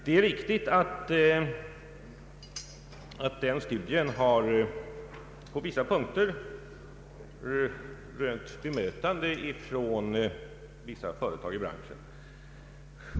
Det är riktigt att den studien på vissa punkter har rönt bemötande från en del företag i branschen.